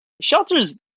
shelters